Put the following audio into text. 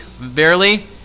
barely